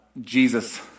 Jesus